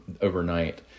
overnight